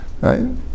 right